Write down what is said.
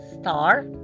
star